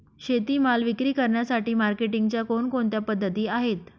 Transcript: शेतीमाल विक्री करण्यासाठी मार्केटिंगच्या कोणकोणत्या पद्धती आहेत?